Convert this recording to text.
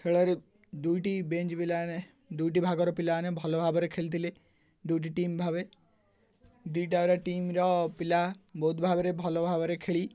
ଖେଳରେ ଦୁଇଟି ବ୍ୟାଚ ପିଲାମାନେ ଦୁଇଟି ଭାଗର ପିଲାମାନେ ଭଲଭାବରେ ଖେଳିଥିଲେ ଦୁଇଟି ଟିମ୍ ଭାବେ ଦୁଇଟାଯାକର ଟିମର ପିଲା ବହୁତ ଭାବରେ ଭଲ ଭାବରେ ଖେଳି